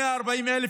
140,000